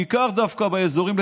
בעיקר דווקא באזורים,